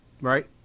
Right